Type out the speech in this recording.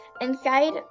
inside